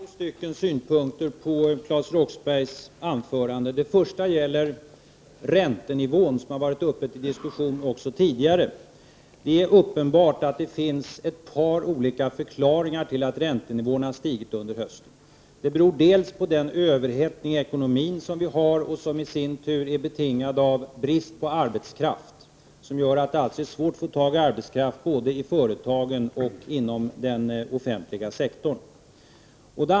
Herr talman! Jag vill anföra två synpunkter på Claes Roxberghs anförande. Den första gäller räntenivån, som har varit uppe till diskussion också tidigare. Det är uppenbart att det finns ett par olika förklaringar till att räntenivån har stigit under hösten. Det beror till att börja med på den överhettning i ekonomin som vi har och som i sin tur är betingad av bristen på arbetskraft som gör att det alltså är svårt att få tag i arbetskraft både till företagen och till den offentliga sektorn.